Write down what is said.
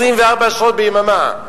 24 שעות ביממה,